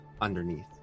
underneath